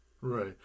right